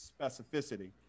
specificity